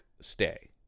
stay